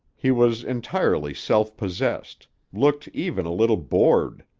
he was entirely self-possessed, looked even a little bored,